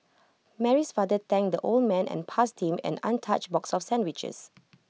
Mary's father thanked the old man and passed him an untouched box of sandwiches